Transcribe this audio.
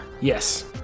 Yes